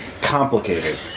complicated